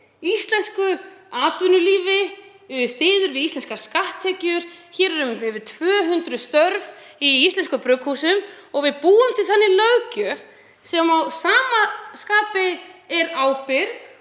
íslensku atvinnulífi, styður við íslenskar skatttekjur? Það eru yfir 200 störf í íslenskum brugghúsum. Við búum til þannig löggjöf sem er að sama skapi ábyrg